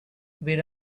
where